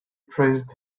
praised